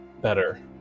better